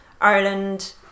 Ireland